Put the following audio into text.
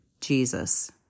Jesus